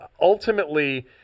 ultimately –